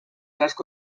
asko